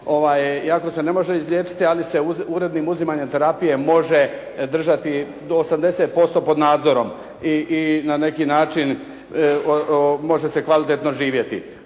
iako se ne može izliječiti ali se urednim uzimanjem terapije može držati do 80% pod nadzorom i na neki način može se kvalitetno živjeti.